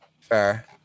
Fair